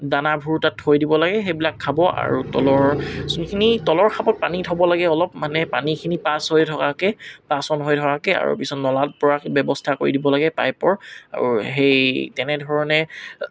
দানাবোৰ তাত থৈ দিব লাগে সেইবিলাক খাব আৰু তলৰ যোনখিনি তলৰ খাপত পানী থব লাগে অলপ মানে পানীখিনি পাছ হৈ থকাকে পাছ অন হৈ থকাকৈ আৰু পিছত নলাত পৰাকৈ ব্যৱস্থা কৰি দিব লাগে পাইপৰ আৰু সেই তেনেধৰণে